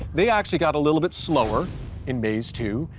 they actually got a little bit slower in maze two,